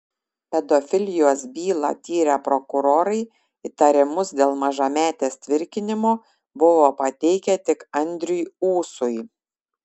pedofilijos bylą tyrę prokurorai įtarimus dėl mažametės tvirkinimo buvo pateikę tik andriui ūsui